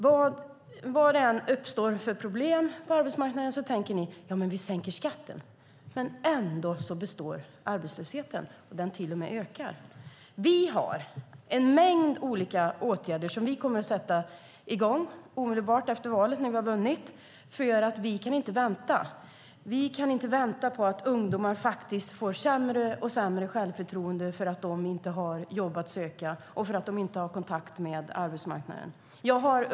Vad det än uppstår för problem på arbetsmarknaden tänker ni: Ja, vi sänker skatten. Ändå består arbetslösheten, och den till och med ökar. Vi har en mängd olika åtgärder som vi kommer att sätta i gång omedelbart efter valet när vi har vunnit. Vi kan inte vänta. Vi kan inte vänta därför att ungdomar får sämre och sämre självförtroende därför att de inte har jobb att söka och inte har kontakt med arbetsmarknaden.